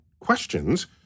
questions